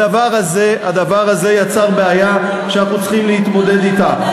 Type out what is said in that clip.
הדבר הזה יצר בעיה שאנחנו צריכים להתמודד אתה.